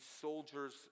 soldiers